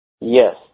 Yes